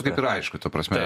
kaip ir aišku ta prasme